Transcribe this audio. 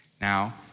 Now